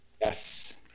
Yes